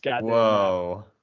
whoa